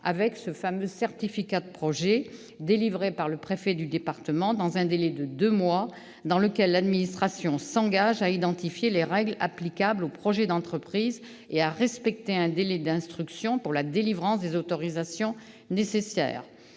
Par ce certificat, délivré par le préfet du département dans un délai de deux mois, l'administration s'engage à identifier les règles applicables au projet d'entreprise et à respecter un délai d'instruction pour la délivrance des autorisations nécessaires.